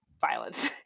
violence